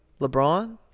LeBron